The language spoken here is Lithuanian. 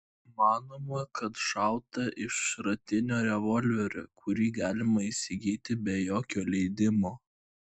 manoma kad šauta iš šratinio revolverio kurį galima įsigyti be jokio leidimo